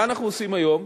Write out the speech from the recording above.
מה אנחנו עושים היום?